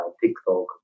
TikTok